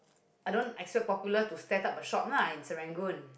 I don't expect popular to set up a shop lah in Serangoon